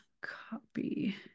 copy